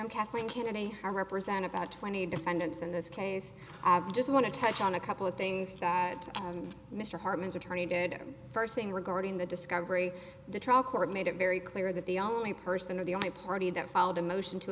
i'm kathleen kennedy who represent about twenty defendants in this case just want to touch on a couple of things mr hartman's attorney did first thing regarding the discovery the trial court made it very clear that the only person of the only party that filed a motion to